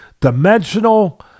dimensional